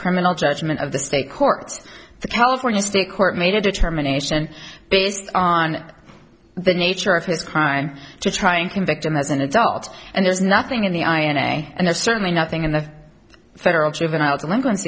criminal judgment of the state courts the california state court made a determination based on the nature of his crime to try and convict him as an adult and there's nothing in the i in a and there's certainly nothing in the federal juvenile delinquen